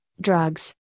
drugs